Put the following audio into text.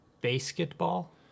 Basketball